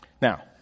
Now